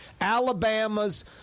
Alabama's